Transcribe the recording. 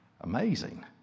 Amazing